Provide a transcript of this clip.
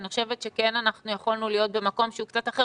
אני חושבת שכן אנחנו יכולנו להיות במקום שהוא קצת אחר.